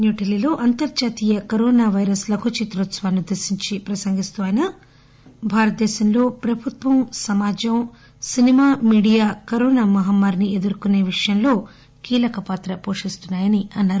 న్యూఢిల్వీలో అంతర్జాతీయ corona virus లఘు చిత్రోత్సవాన్ని ఉద్దేశించి ప్రసంగిస్తూ ఆయన భారతదేశంలో ప్రభుత్వం సమాజం సినిమా మీడియా కరోనా మహమ్మారి ని ఎదుర్కొనే విషయాల్లో కీలక పాత్ర వోషించాయని అన్నారు